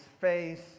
face